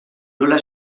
nola